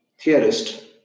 theorist